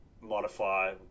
modify